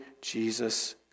Jesus